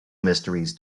mysteries